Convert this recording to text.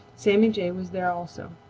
sammy jay was there also,